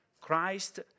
Christ